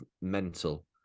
mental